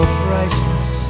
priceless